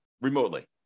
remotely